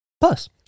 Plus